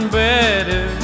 better